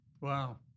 Wow